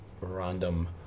random